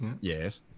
yes